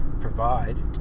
provide